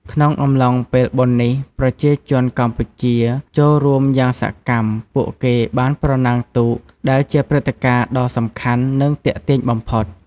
ក្នុងអំឡុងពេលបុណ្យនេះ ប្រជាជនកម្ពុជាចូលរួមយ៉ាងសកម្ម ពួកគេបាន ប្រណាំងទូក ដែលជាព្រឹត្តិការណ៍ដ៏សំខាន់ និងទាក់ទាញបំផុត។